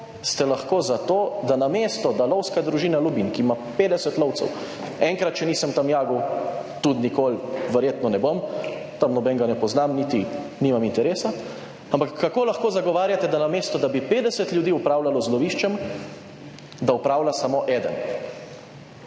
ste lahko za to, da namesto, da Lovska družina Lubinj, ki ima 50 lovcev, enkrat še nisem tam jagal, tudi nikoli verjetno ne bom. Tam, nobenega ne poznam, niti nimam interesa. Ampak kako lahko zagovarjate, da namesto, da bi 50 ljudi upravljalo z loviščem, da opravlja samo eden,